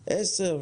10%,